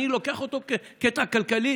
אני לוקח אותו כקטע כלכלי.